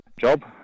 job